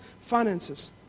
finances